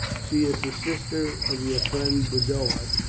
she is a sister of your friend boduoc,